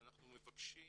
אנחנו מבקשים